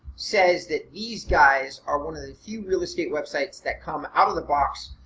says that these guys are one of the few real estate websites that come out of the box.